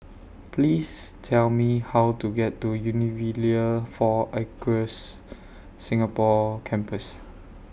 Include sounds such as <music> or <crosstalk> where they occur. Please Tell Me How to get to <unintelligible> four Acres Singapore Campus